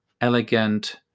elegant